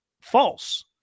false